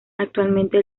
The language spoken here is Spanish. actualmente